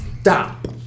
stop